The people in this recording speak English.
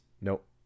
Nope